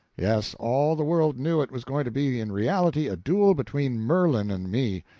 yes, all the world knew it was going to be in reality a duel between merlin and me,